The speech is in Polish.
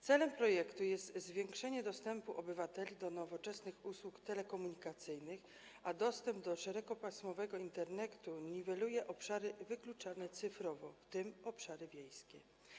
Celem projektu jest zwiększenie dostępu obywateli do nowoczesnych usług telekomunikacyjnych, a dostęp do szerokopasmowego Internetu niweluje obszary wykluczone cyfrowo, w tym obszary wiejskie.